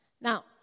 Now